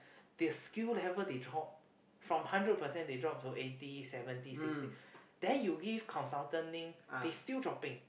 the skill level they taught from hundred percent they drop to eighty seventy sixty then you give consultaning they still dropping